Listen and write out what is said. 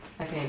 Okay